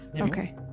Okay